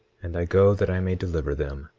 and i go that i may deliver them.